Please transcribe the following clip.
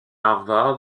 harvard